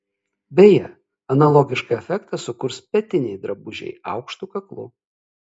beje analogišką efektą sukurs petiniai drabužiai aukštu kaklu